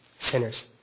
sinners